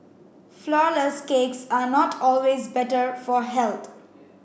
flourless cakes are not always better for health